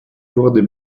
wurde